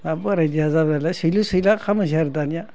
दा बोराइ देहा जाबाय नालाय सैलि सैला खालामजाया आरो दानिया